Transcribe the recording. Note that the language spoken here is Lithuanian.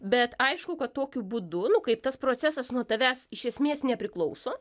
bet aišku kad tokiu būdų nu kaip tas procesas nuo tavęs iš esmės nepriklauso